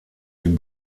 den